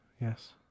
yes